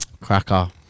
Cracker